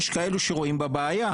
יש כאלו שרואים בה בעיה.